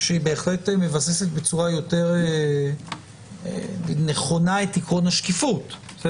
שהיא בהחלט מבססת בצורה יותר נכונה את עקרון השקיפות כי